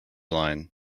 line